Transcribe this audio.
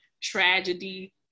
tragedy